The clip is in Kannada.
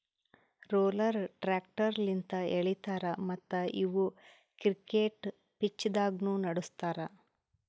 ರೋಲರ್ ಟ್ರ್ಯಾಕ್ಟರ್ ಲಿಂತ್ ಎಳಿತಾರ ಮತ್ತ್ ಇವು ಕ್ರಿಕೆಟ್ ಪಿಚ್ದಾಗ್ನು ನಡುಸ್ತಾರ್